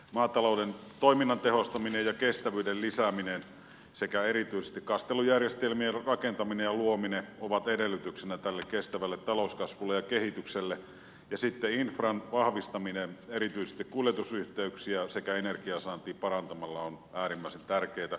maatalouden toiminnan tehostaminen ja kestävyyden lisääminen sekä erityisesti kastelujärjestelmien rakentaminen ja luominen ovat edellytyksenä tälle kestävälle talouskasvulle ja kehitykselle ja sitten infran vahvistaminen erityisesti kuljetusyhteyksiä sekä energiansaantia parantamalla on äärimmäisen tärkeätä